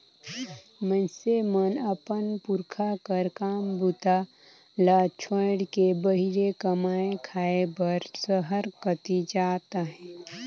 मइनसे मन अपन पुरखा कर काम बूता ल छोएड़ के बाहिरे कमाए खाए बर सहर कती जात अहे